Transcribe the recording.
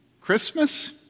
Christmas